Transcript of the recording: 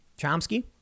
Chomsky